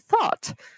thought